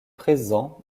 présent